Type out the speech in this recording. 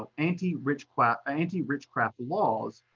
um anti-witchcraft anti-witchcraft laws,